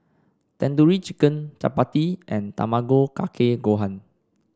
Tandoori Chicken Chapati and Tamago Kake Gohan